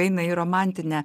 eina į romantinę